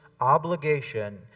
obligation